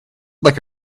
like